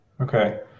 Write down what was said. Okay